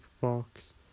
fox